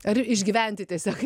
ar išgyventi tiesiog